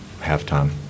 halftime